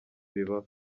bibaho